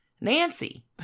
nancy